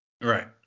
Right